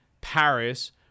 Paris